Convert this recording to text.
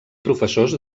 professors